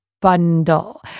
bundle